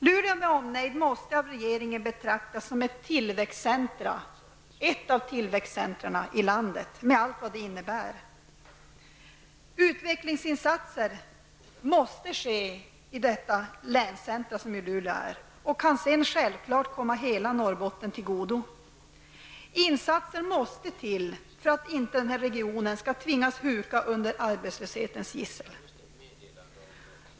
Luleå med omnejd måste av regeringen betraktas som ett av flera tillväxtcentra i landet, med allt vad det innebär. Utvecklingsinsatser i det länscentrum som Luleå utgör måste ske och kan sedan självfallet komma hela Norrbotten till godo. Det måste till insatser för att inte denna region skall tvingas huka under arbetslöshetens gissel.